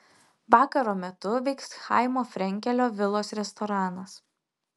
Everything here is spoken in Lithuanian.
vakaro metu veiks chaimo frenkelio vilos restoranas